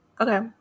okay